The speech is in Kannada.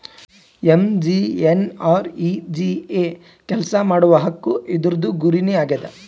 ಎಮ್.ಜಿ.ಎನ್.ಆರ್.ಈ.ಜಿ.ಎ ಕೆಲ್ಸಾ ಮಾಡುವ ಹಕ್ಕು ಇದೂರ್ದು ಗುರಿ ನೇ ಆಗ್ಯದ